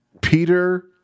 Peter